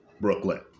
Brooklyn